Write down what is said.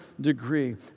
degree